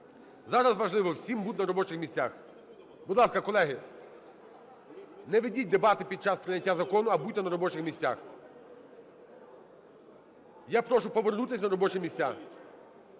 зараз важливо всім бути на робочих місцях. Будь ласка, колеги, не ведіть дебати під час прийняття закону, а будьте на робочих місцях. Я прошу повернутись на робочі місця